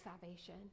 salvation